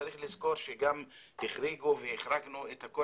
צריך לזכור שגם החריגו והחרגנו את כל